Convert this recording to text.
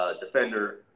defender